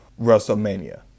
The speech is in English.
WrestleMania